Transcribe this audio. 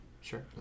Sure